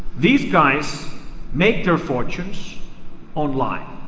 these guys make their fortunes online,